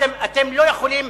אתם לא יכולים,